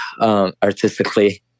Artistically